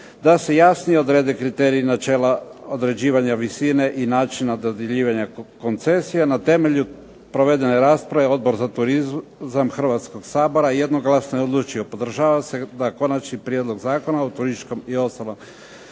da se jasnije odrede kriteriji i načela određivanja visine i načina dodjeljivanja koncesije. Na temelju provedene rasprave Odbor za turizam Hrvatskog sabora jednoglasno je odlučio, podržava se da Konačni prijedlog Zakona o turističkom i ostalom